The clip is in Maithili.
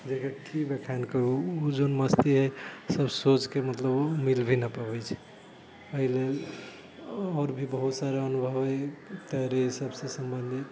जेकर की बखान करू ओ जोन मस्ती हइ सभ सोचिके मतलब मिल भी नहि पाबैत छियै एहि लेल आओर भी बहुत सारा अनुभव हइ तैरे हिसाबसँ सम्बन्धित